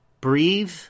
breathe